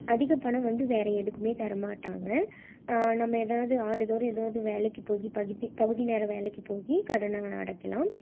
அதிக பணம் வந்து வேற எதுக்கும் தரமாட்டாங்க நம்ம எதாவது ஆண்டுதோறும் எதாவது வேலைக்கு போய் பகுதி பகுதி நேர வேலைக்கு போய் கடனை அடைக்கிலாம்